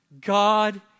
God